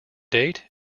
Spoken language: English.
date